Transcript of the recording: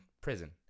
prison